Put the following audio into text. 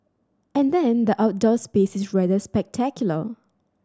and then the outdoor space is rather spectacular